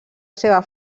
seva